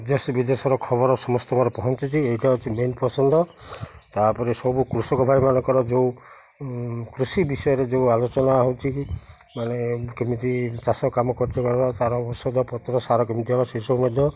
ଦେଶ ବିଦେଶର ଖବର ସମସ୍ତଙ୍କର ପହଞ୍ଚୁଛି ଏଇଟା ହେଉଛି ମେନ୍ ପସନ୍ଦ ତା'ପରେ ସବୁ କୃଷକ ଭାଇ ମାନଙ୍କର ଯେଉଁ କୃଷି ବିଷୟରେ ଯେଉଁ ଆଲୋଚନା ହେଉଛି ମାନେ କେମିତି ଚାଷ କାମ ତା'ର ଔଷଧ ପତ୍ର ସାର କେମିତି ହବ ସେସବୁ ମଧ୍ୟ